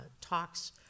talks